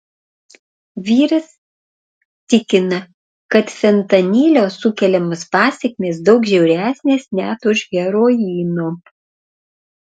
vyras tikina kad fentanilio sukeliamos pasekmės daug žiauresnės net už heroino